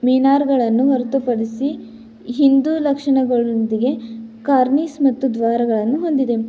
ಮಿನಾರ್ಗಳನ್ನು ಹೊರತುಪಡಿಸಿ ಹಿಂದೂ ಲಕ್ಷಣಗಳೊಂದಿಗೆ ಕಾರ್ನಿಸ್ ಮತ್ತು ದ್ವಾರಗಳನ್ನು ಹೊಂದಿದೆ